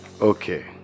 okay